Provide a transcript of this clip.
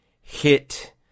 hit